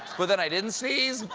but then i didn't sneeze,